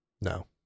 No